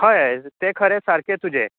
हय तें खरें सारकें तुजें